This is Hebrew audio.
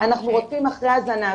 אנחנו רודפים אחרי הזנב.